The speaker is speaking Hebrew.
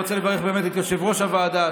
ואני רוצה לברך באמת את יושב-ראש הוועדה,